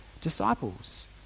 disciples